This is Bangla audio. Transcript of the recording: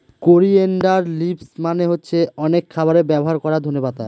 করিয়েনডার লিভস মানে হচ্ছে অনেক খাবারে ব্যবহার করা ধনে পাতা